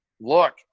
look